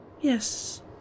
Yes